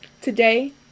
Today